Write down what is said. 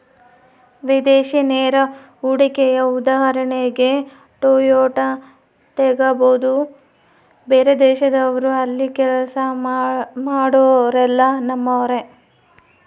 ವಿದೇಶಿ ನೇರ ಹೂಡಿಕೆಯ ಉದಾಹರಣೆಗೆ ಟೊಯೋಟಾ ತೆಗಬೊದು, ಬೇರೆದೇಶದವ್ರು ಅಲ್ಲಿ ಕೆಲ್ಸ ಮಾಡೊರೆಲ್ಲ ನಮ್ಮರೇ